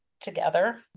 together